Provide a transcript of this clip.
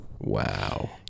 Wow